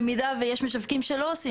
במידה ויש משווקים שלא עושים,